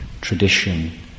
tradition